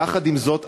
יחד עם זאת,